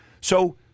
So-